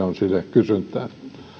on kysyntää